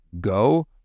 go